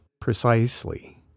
precisely